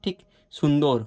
ঠিক সুন্দর